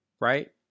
right